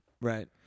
Right